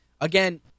again